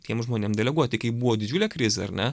tiem žmonėm deleguoti kai buvo didžiulė krizė ar ne